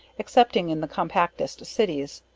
excepting in the compactest cities.